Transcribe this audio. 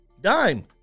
Dime